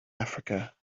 africa